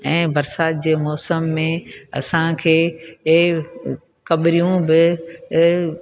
ऐं बरसाति जे मौसम में असांखे इहे कॿरियूं बि